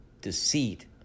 deceit